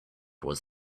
was